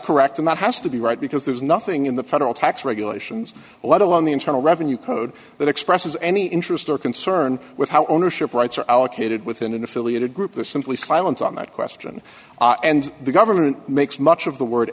correct and that has to be right because there's nothing in the federal tax regulations let alone the internal revenue code that expresses any interest or concern with how ownership rights are allocated within an affiliated group or simply silence on that question and the government makes much of the word